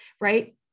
right